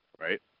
right